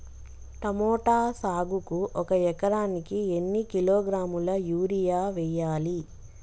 Tomato సాగుకు ఒక ఎకరానికి ఎన్ని కిలోగ్రాముల యూరియా వెయ్యాలి?